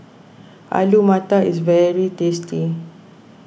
Alu Matar is very tasty